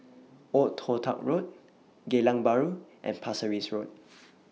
Old Toh Tuck Road Geylang Bahru and Pasir Ris Road